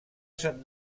sant